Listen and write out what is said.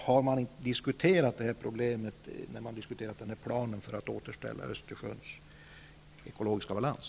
Har man diskuterat det här problemet när man har diskuterat planen för att återställa Östersjöns ekologiska balans?